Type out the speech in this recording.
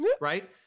right